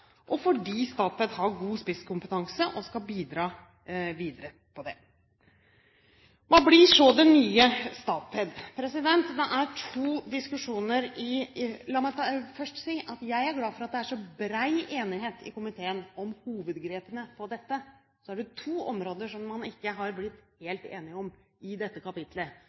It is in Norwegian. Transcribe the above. og fordi Statped har god spisskompetanse og skal bidra videre med det. Hva blir så det nye Statped? La meg først si at jeg er glad for at det er så bred enighet i komiteen om hovedgrepene i dette. Så er det to områder som man ikke har blitt helt enig om i dette